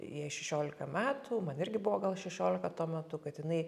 jai šešiolika metų man irgi buvo gal šešiolika tuo metu kad jinai